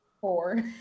four